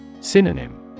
Synonym